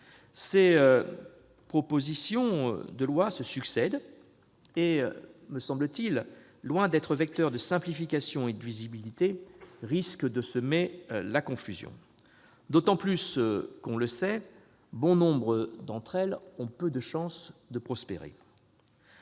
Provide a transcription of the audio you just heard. Les propositions de loi se succèdent et, me semble-t-il, loin d'être vecteurs de simplification et de visibilité, risquent de semer la confusion, d'autant plus que, on le sait, nombre d'entre elles ont peu de chance de prospérer.